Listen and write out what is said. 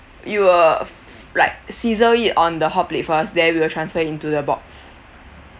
we will like sizzle it on the hot plate first then we will transfer it into the box